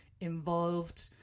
involved